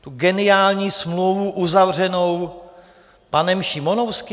Tu geniální smlouvu uzavřenou panem Šimonovským?